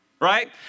right